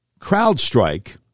CrowdStrike